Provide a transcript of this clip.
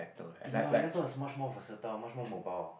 ya laptop is much more versatile much more mobile